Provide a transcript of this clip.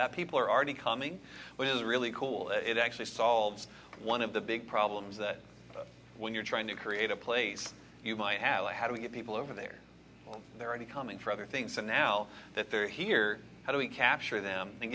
that people are already coming which is really cool it actually solves one of the big problems that when you're trying to create a place you might have a how do we get people over there are there any coming for other things so now that they're here how do we capture them and